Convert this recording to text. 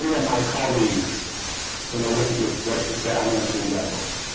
my colleagues when they look at this book you say i don't want to read that book